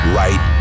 right